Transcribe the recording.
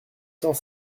cent